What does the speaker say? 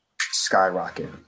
Skyrocket